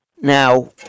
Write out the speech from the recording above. Now